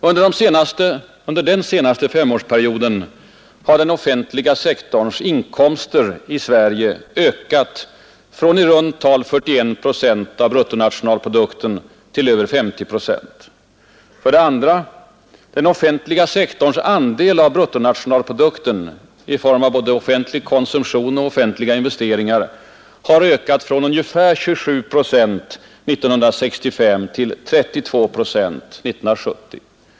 Under den senaste femårsperioden har den offentliga sektorns inkomster i Sverige ökat från i runt tal 41 procent av bruttonationalprodukten till över 50 procent. 2. Den offentliga sektorns andel av bruttonationalprodukten i form av både offentlig konsumtion och offentliga investeringar har ökat från ungefär 27 procent år 1965 till 32 procent år 1970.